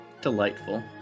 delightful